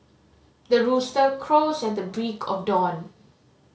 the rooster crows at the break of dawn